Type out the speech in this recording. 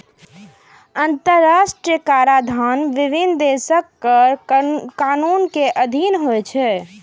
अंतरराष्ट्रीय कराधान विभिन्न देशक कर कानून के अधीन होइ छै